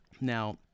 Now